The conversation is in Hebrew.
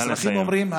נא לסיים.